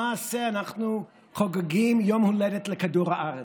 למעשה אנחנו חוגגים יום הולדת לכדור הארץ,